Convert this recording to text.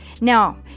Now